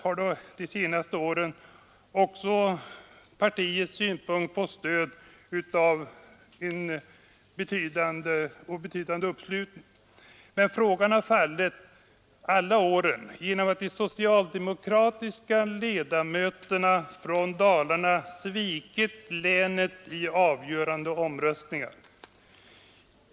Partiets uppfattning har också under de senaste åren mött en betydande uppslutning i utskottet. Men frågan har under samtliga år fallit genom att de socialdemokratiska ledamöterna från Dalarna svikit länet vid avgörande omröstningar.